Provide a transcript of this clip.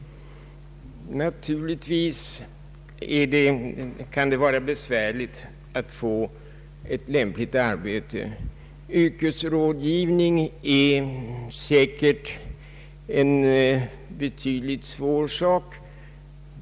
Naturligtvis kan det vara besvärligt att få ett lämpligt arbete, Yrkesrådgivning är säkerligen en mycket svår sak.